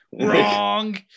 Wrong